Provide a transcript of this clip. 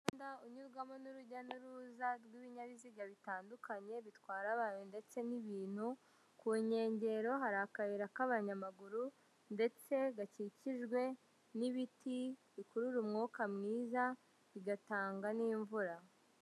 Umuhanda unyurwamo n'urujya n'uruza rw'ibinyabiziga bitandukanye bitwara abantu ndetse n'ibintu, ku nkengero hari akayira k'abanyamaguru ndetse gakikijwe n'ibiti bikurura umwuka mwiza bigatanga n'imvura.